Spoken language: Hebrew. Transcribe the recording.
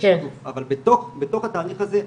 אבל בתוך התהליך הזה,